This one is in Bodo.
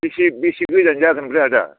बेसे बेसे गोजान जागोन आदा